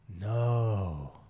No